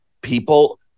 people